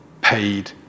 paid